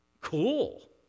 Cool